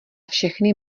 všechny